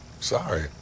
Sorry